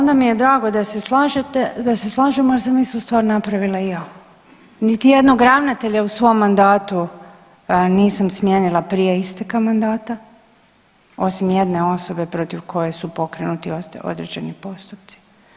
Onda mi je drago da se slažete, da se slažemo jer sam istu stvar napravila i ja, niti jednog ravnatelja u svom mandatu nisam smijenila prije isteka mandata osim jedne osobe protiv koje su pokrenuti određeni postupci.